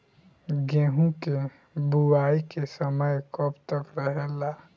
गेहूँ के बुवाई के समय कब तक रहेला?